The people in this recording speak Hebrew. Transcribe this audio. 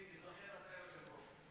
תיזכר, אתה יושב-ראש.